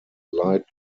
light